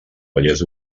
vallès